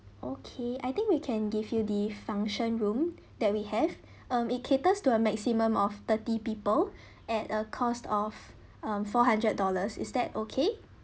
okay I think we can give you the function room that we have um it caters to a maximum of thirty people at a cost of um four hundred dollars is that okay